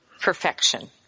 perfection